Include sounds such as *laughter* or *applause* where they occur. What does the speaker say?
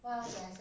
*noise*